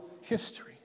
history